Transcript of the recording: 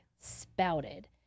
spouted